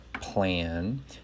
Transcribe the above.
plan